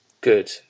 Good